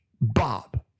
Bob